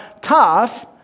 tough